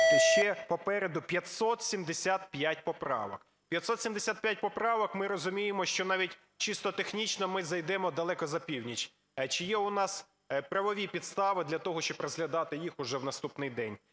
ще попереду 575 поправок. 575 поправок, ми розуміємо, що навіть чисто технічно ми зайдемо далеко за північ. Чи є у нас правові підстави для того, щоб розглядати їх уже в наступний день?